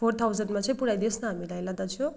four थाउजन्डमा चाहिँ पुऱ्याइदिनुहोस् न हामीलाई ल दाजु